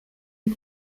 est